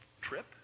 trip